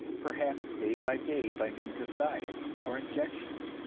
perhaps day by day by means of diet or injection.